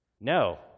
No